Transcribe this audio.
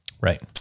Right